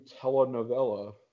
telenovela